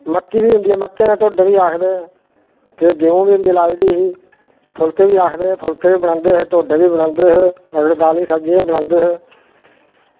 मक्की बी होंदी ते मक्कें दे ढोड्डे बी आखदे ते गेहूं बी होंदी लाई दी फुलके बी आखदे फुल्के बी बनांदे हे ढोड्डे बी बनांदे हे ते अगड़े दाली ते सब्ज़ी बी बनांदे हे